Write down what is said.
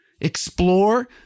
explore